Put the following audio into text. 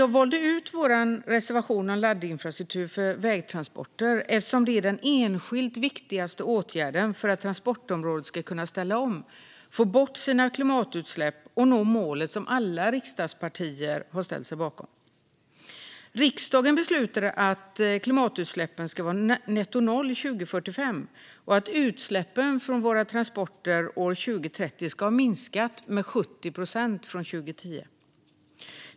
Jag valde ut vår reservation om laddinfrastruktur för vägtransporter eftersom det är den enskilt viktigaste åtgärden för att transportområdet ska kunna ställa om, få bort sina klimatutsläpp och nå det mål som alla riksdagspartier har ställt sig bakom. Riksdagen har beslutat att klimatutsläppen ska vara nettonoll 2045 och att utsläppen från våra transporter år 2030 ska ha minskat med 70 procent jämfört med 2010.